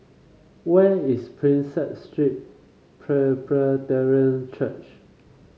where is Prinsep Street Presbyterian Church